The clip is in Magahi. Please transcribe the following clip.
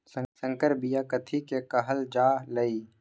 संकर बिया कथि के कहल जा लई?